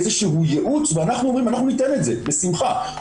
איזה שהוא ייעוץ ואנחנו ניתן את זה בשמחה,